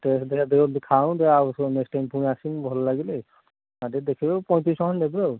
test ଦେଖିବା ଦିଅନ୍ତୁ ଖାଉଁ ଦେଖିବା ଆଉ ପୁଣି ନେକ୍ସଟ୍ ଟାଇମ୍ ପୁଣି ଆସିବୁ ଭଲ ଲାଗିଲେ ଟିକେ ଦେଖିବେ ପଇଁତିରିଶି ନେବେ ଆଉ